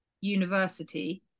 university